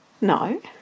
No